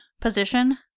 position